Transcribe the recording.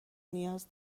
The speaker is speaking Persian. نیاز